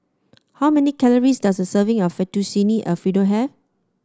how many calories does a serving of Fettuccine Alfredo have